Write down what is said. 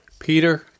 Peter